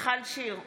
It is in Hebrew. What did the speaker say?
מיכל שיר סגמן,